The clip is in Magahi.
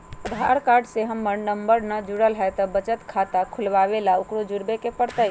आधार कार्ड से हमर मोबाइल नंबर न जुरल है त बचत खाता खुलवा ला उकरो जुड़बे के पड़तई?